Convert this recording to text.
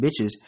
bitches